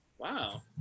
Wow